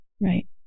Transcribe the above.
Right